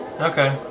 Okay